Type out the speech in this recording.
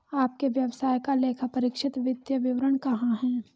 आपके व्यवसाय का लेखापरीक्षित वित्तीय विवरण कहाँ है?